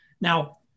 Now